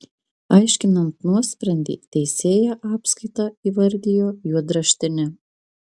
aiškinant nuosprendį teisėja apskaitą įvardijo juodraštine